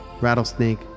rattlesnake